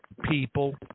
people